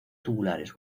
tubulares